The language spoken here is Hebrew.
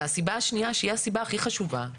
והסיבה השנייה שהיא הסיבה הכי חשובה,